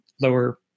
lower